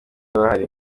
bahari